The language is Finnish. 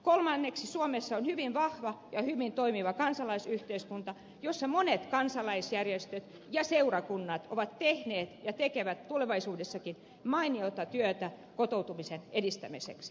kolmanneksi suomessa on hyvin vahva ja hyvin toimiva kansalaisyhteiskunta jossa monet kansalaisjärjestöt ja seurakunnat ovat tehneet ja tekevät tulevaisuudessakin mainiota työtä kotoutumisen edistämiseksi